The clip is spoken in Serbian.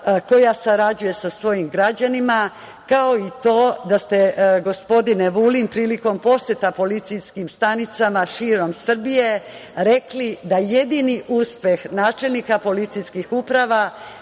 koja sarađuje sa svojim građanima, kao i to da ste, gospodine Vulin, prilikom poseta policijskim stanicama širom Srbije rekli da jedini uspeh načelnika policijskih uprava